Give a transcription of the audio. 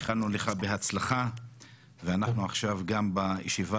איחלנו לך בהצלחה ואנחנו עכשיו גם בישיבה